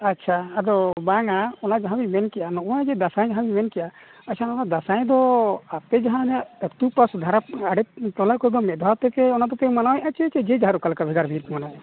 ᱟᱪᱪᱷᱟ ᱟᱫᱚ ᱵᱟᱝᱟ ᱚᱱᱟ ᱡᱟᱦᱟᱵᱤᱱ ᱢᱮᱱ ᱠᱮᱜᱼᱟ ᱱᱚᱜᱼᱚᱸᱭ ᱡᱮ ᱫᱟᱸᱥᱟᱭ ᱡᱟᱦᱟᱸ ᱵᱤᱱ ᱢᱮᱱ ᱠᱮᱜᱼᱟ ᱟᱪᱪᱷᱟ ᱱᱚᱣᱟ ᱫᱟᱸᱥᱟᱭ ᱫᱚ ᱟᱯᱮ ᱡᱟᱦᱟᱱᱟᱜ ᱟᱛᱳ ᱯᱟᱥᱮ ᱫᱷᱟᱨᱮ ᱟᱲᱮ ᱴᱚᱞᱟ ᱠᱚ ᱢᱤᱫᱫᱷᱟᱣ ᱛᱮᱜᱮ ᱚᱱᱟᱫᱚᱯᱮ ᱢᱟᱱᱟᱣᱮᱜᱼᱟ ᱪᱮ ᱡᱮ ᱡᱟᱦᱟᱨ ᱚᱠᱟᱞᱮᱠᱟ ᱵᱷᱮᱜᱟᱨ ᱵᱷᱮᱜᱟᱨᱯᱮ ᱢᱟᱱᱟᱣᱮᱜᱼᱟ